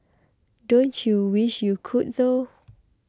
don't you wish you could though